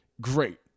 great